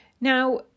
Now